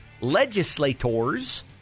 legislators